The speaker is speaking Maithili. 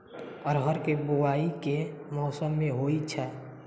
अरहर केँ बोवायी केँ मौसम मे होइ छैय?